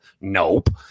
nope